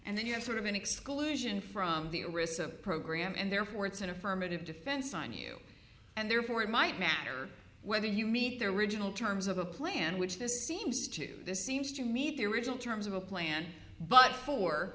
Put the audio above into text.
and then you have sort of an exclusion from theorist's a program and therefore it's an affirmative defense on you and therefore it might matter whether you meet their original terms of a plan which this seems to this seems to me the original terms of a plan but for